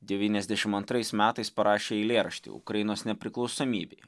devyniasdešim antrais metais parašė eilėraštį ukrainos nepriklausomybei